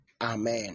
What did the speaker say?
amen